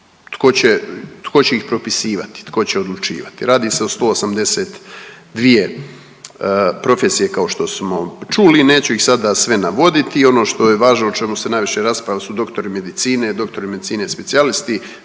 tko će ih propisivati, tko će odlučivati. Radi se o 182 profesije kao što smo čuli, neću ih sada sve navoditi, ono što je važno, o čemu se najviše raspravlja su doktori medicine, doktori medicine specijalisti,